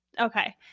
Okay